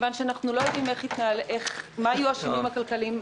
מכיוון שאנחנו לא יודעים מה יהיו השינויים הכלכליים,